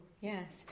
yes